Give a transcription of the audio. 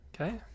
okay